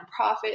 nonprofit